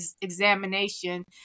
examination